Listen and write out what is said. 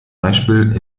beispiel